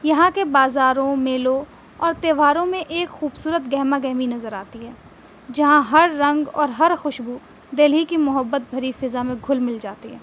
یہاں کے بازاروں میلوں اور تہوہاروں میں ایک خوبصورت گہمہ گہمی نظر آتی ہے جہاں ہر رنگ اور ہر خوشبو دلی کی محبت بھری فضا میں گھل مل جاتی ہے